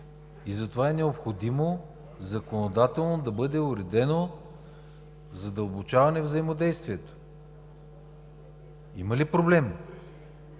и затова е необходимо законодателно да бъде уредено задълбочаване на взаимодействието. Има ли проблеми?